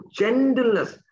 gentleness